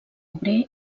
obrer